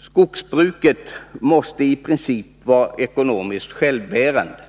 Skogsbruket måste i princip vara ekonomiskt självbärande.